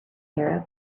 arab